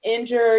injured